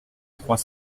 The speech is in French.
trois